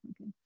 okay